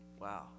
Wow